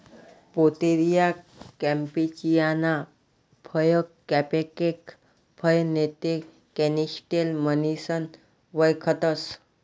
Pouteria campechiana फय cupcake फय नैते कॅनिस्टेल म्हणीसन वयखतंस